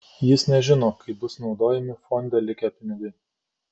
jis nežino kaip bus naudojami fonde likę pinigai